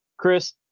Chris